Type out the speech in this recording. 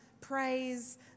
praise